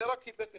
זה רק היבט אחד.